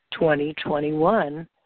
2021